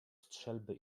strzelby